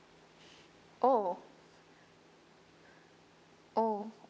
oh oh